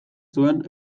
zuen